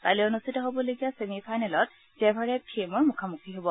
কাইলৈৰ অনুষ্ঠিত হ'বলগীয়া ছেমি ফাইনেলত জেভাৰেভ থিয়েমৰ মুখামুখি হ'ব